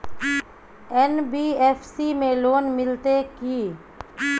NBFC में loan मिलते की?